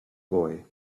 boy